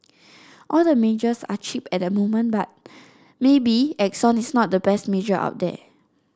all the majors are cheap at the moment but maybe Exxon is not the best major out there